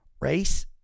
race